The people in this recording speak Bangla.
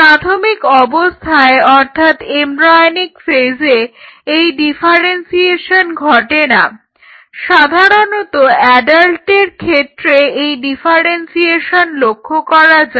প্রাথমিক অবস্থায় অর্থাৎ এমব্রায়োনিক ফেজে এই ডিফারেন্সিয়েশন ঘটে না সাধারণত অ্যাডাল্টদের ক্ষেত্রে এই ডিফারেন্সিয়েশন লক্ষ্য করা যায়